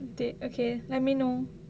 okay let me know